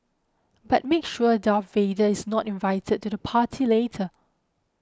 but make sure Darth Vader is not invited to the party later